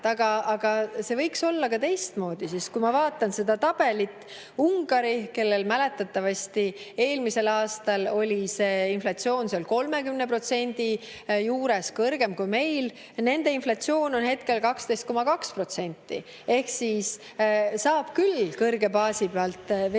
aga see võiks olla ka teistmoodi. Ma vaatan seda tabelit. Ungaril, kellel mäletatavasti eelmisel aastal oli inflatsioon 30% juures, kõrgem kui meil, on inflatsioon hetkel 12,2%. Ehk siis saab küll kõrge baasi pealt veelgi